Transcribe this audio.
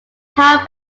power